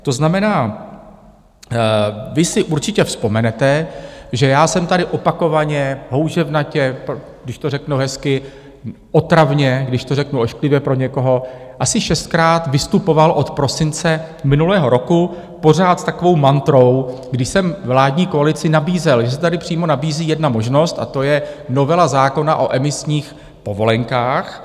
To znamená, vy si určitě vzpomenete, že já jsem tady opakovaně houževnatě když to řeknu hezky, otravně když to řeknu ošklivě pro někoho, asi šestkrát vystupoval od prosince minulého roku pořád s takovou mantrou, když jsem vládní koalici nabízel, že se tady přímo nabízí jedna možnost, a to je novela zákona o emisních povolenkách.